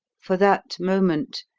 for that moment,